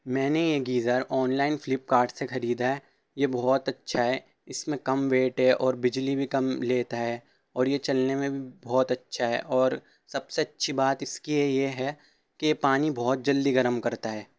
میں نے یہ گیزر آن لائن فلپکارٹ سے خریدا ہے یہ بہت اچھا ہے اس میں کم ویٹ ہے اور بجلی بھی کم لیتا ہے اور یہ چلنے میں بھی بہت اچھا ہے اور سب سے اچھی بات اس کی یہی ہے کہ پانی بہت جلدی گرم کرتا ہے